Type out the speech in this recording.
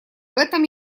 этом